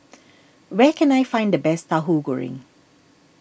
where can I find the best Tauhu Goreng